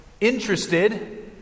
interested